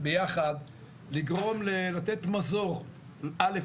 ביחד לגרום לתת מזור א.